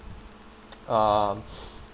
um